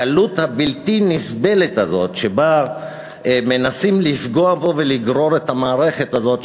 הקלות הבלתי-נסבלת הזאת שבה מנסים לפגוע בו ולגרור את המערכת הזאת,